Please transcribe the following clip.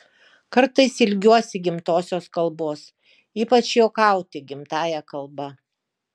kartais ilgiuosi gimtosios kalbos ypač juokauti gimtąja kalba